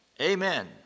Amen